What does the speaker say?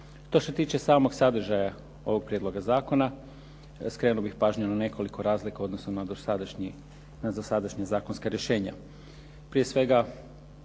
je što se tiče samog sadržaja ovog prijedloga zakona. Skrenuo bih pažnju na nekoliko razlika, odnosno na dosadašnja zakonska rješenja. Prije svega,